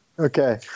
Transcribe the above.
Okay